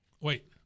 Wait